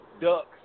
ducks